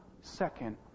second